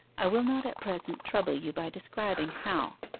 i will not at present trouble you by describing how.